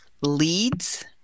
leads